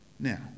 Now